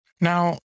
Now